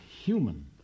human